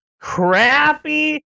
crappy